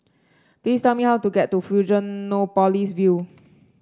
please tell me how to get to Fusionopolis View